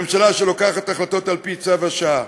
ממשלה שמחליטה החלטות על-פי צו השעה,